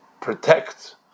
protect